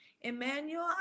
Emmanuel